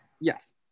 Yes